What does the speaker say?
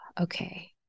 okay